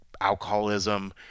alcoholism